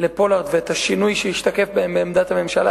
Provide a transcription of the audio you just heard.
לפולארד ואת השינוי שהשתקף מהם בעמדת הממשלה,